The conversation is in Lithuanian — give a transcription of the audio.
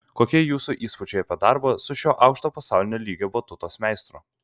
kokie jūsų įspūdžiai apie darbą su šiuo aukšto pasaulinio lygio batutos meistru